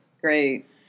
Great